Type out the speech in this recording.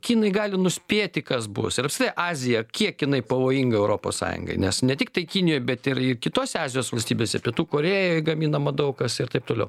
kinai gali nuspėti kas bus ir apskritai azija kiek jinai pavojinga europos sąjungai nes ne tik tai kinijoj bet ir ir kitose azijos valstybėse pietų korėjoj gaminama daug kas ir taip toliau